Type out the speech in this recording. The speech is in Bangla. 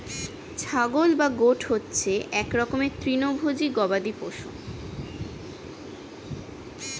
ছাগল বা গোট হচ্ছে এক রকমের তৃণভোজী গবাদি পশু